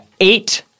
eight